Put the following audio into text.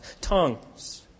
tongues